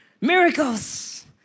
Miracles